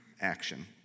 action